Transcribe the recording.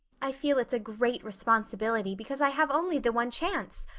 i feel it's a great responsibility because i have only the one chance.